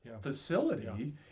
facility